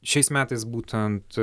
šiais metais būtent